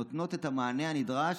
נותנות את המענה הנדרש.